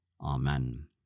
Amen